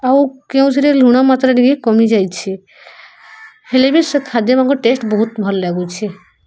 ଆଉ କେଉଁଥିରେ ଲୁଣ ମାତ୍ରା ଟିକେ କମିଯାଇଛି ହେଲେ ବି ସେ ଖାଦ୍ୟ ଟେଷ୍ଟ ବହୁତ ଭଲ ଲାଗୁଛି